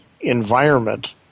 environment